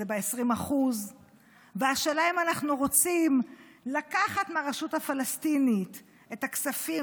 זה ב-20%; השאלה אם אנחנו רוצים לקחת מהרשות הפלסטינית את הכספים